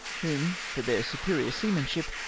whom, for theii' superior seamanship,